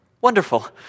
Wonderful